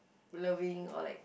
loving or like